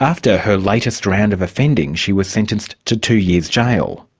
after her latest round of offending she was sentenced to two years' jail.